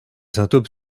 symptôme